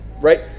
right